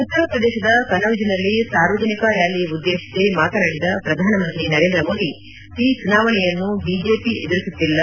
ಉತ್ತರ ಪ್ರದೇಶದ ಕನೌಜ್ನಲ್ಲಿ ಸಾರ್ವಜನಿಕ ರ್ನಾಲಿ ಉದ್ದೇಶಿಸಿ ಮಾತನಾಡಿದ ಪ್ರಧಾನಮಂತ್ರಿ ನರೇಂದ್ರ ಮೋದಿ ಈ ಚುನಾವಣೆಯನ್ನು ಬಿಜೆಪಿ ಎದುರಿಸುತ್ತಿಲ್ಲ